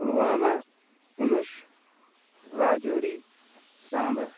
Pulwama Poonch Rajouri Samba